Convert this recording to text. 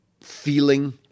feeling